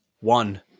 one